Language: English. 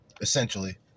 essentially